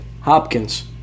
Hopkins